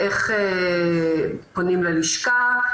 איך פונים ללשכה,